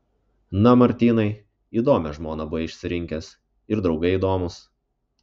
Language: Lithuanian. na martynai įdomią žmoną buvai išsirinkęs ir draugai įdomūs